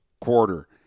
quarter